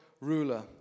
ruler